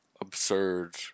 absurd